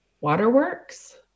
Waterworks